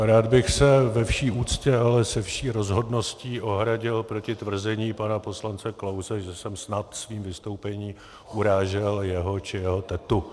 Rád bych se ve vší úctě, ale se vší rozhodností ohradil proti tvrzení pana poslance Klause, že jsem snad svým vystoupením urážel jeho či jeho tetu.